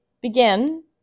begin